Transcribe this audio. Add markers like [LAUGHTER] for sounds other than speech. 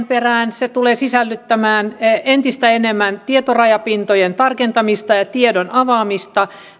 [UNINTELLIGIBLE] perään se tulee sisältämään entistä enemmän tietorajapintojen tarkentamista ja tiedon avaamista